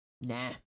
Nah